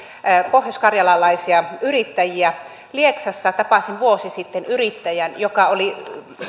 pohjoiskarjalaisia yrittäjiä lieksassa tapasin vuosi sitten yrittäjän joka oli